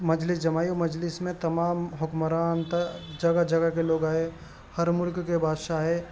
مجلس جمائی مجلس میں تمام حکمران تھے جگہ جگہ کے لوگ آئے ہر ملک کے بادشاہ آئے